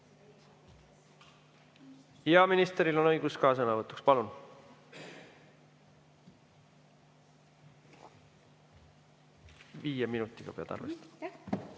Ka ministril on õigus sõna võtta. Palun! Viie minutiga pead arvestama.